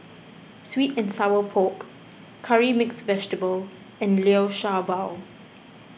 Sweet and Sour Pork Curry Mixed Vegetable and Liu Sha Bao